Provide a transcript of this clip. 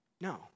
No